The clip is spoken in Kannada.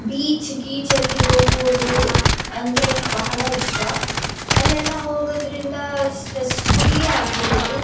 ಬೀಚ್ ಗೀಚಲ್ಲಿ ಹೋಗುವುದು ಅಂದರೆ ಬಹಳ ಇಷ್ಟ ಅಲ್ಲೆಲ್ಲ ಹೋಗೋದ್ರಿಂದ ಸ್ಟ್ರೆಸ್ ಫ್ರೀ ಆಗಬಹುದು